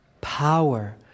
Power